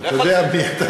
אז מי מנע מכם?